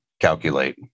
calculate